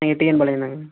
இங்கே டிஎன் பாளையந்தாங்க